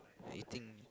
eating